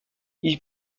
ils